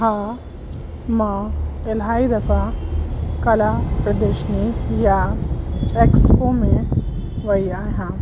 हा मां इलाही दफ़ा कला प्रदर्शनी या एक्सपो में वई आहियां